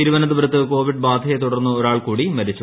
തിരുവനന്തപുരത്ത് കോവിഡ് ബാധയെ തുടർന്ന് ഒരാൾ കൂടി മരിച്ചു